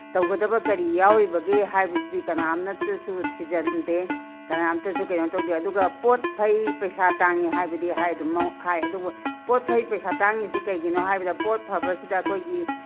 ꯇꯧꯒꯗꯕ ꯀꯔꯤ ꯌꯥꯎꯔꯤꯕꯒꯦ ꯍꯥꯏꯕꯗꯨꯗꯤ ꯀꯅꯥꯃꯅꯇꯁꯨ ꯊꯤꯖꯤꯟꯗꯦ ꯀꯅꯥꯝꯇꯁꯨ ꯀꯩꯅꯣ ꯇꯧꯗꯦ ꯑꯗꯨꯒ ꯄꯣꯠ ꯐꯩ ꯄꯩꯁꯥ ꯇꯥꯡꯉꯤ ꯍꯥꯏꯕꯗꯤ ꯍꯥꯏ ꯑꯗꯨꯃꯛ ꯍꯥꯏ ꯑꯗꯨꯕꯨ ꯄꯣꯠ ꯐꯩ ꯄꯩꯁꯥ ꯇꯥꯡꯉꯤꯁꯤ ꯀꯩꯒꯤꯅꯣ ꯍꯥꯏꯕꯗ ꯄꯣꯠ ꯐꯕꯁꯤꯗ ꯑꯩꯈꯣꯏꯒꯤ